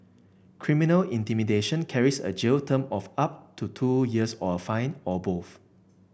criminal intimidation carries a jail term of up to two years or a fine or both